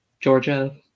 Georgia